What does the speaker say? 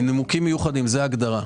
"מנימוקים מיוחדים" זו ההגדרה.